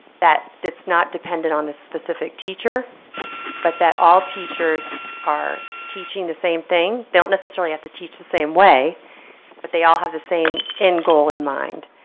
that it's not dependent on a specific teacher but that all teachers are teaching the same thing. they don't necessarily have to teach the same way but they all have the same end goal in mind.